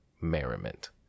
merriment